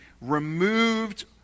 removed